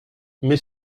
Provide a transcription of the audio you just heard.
mais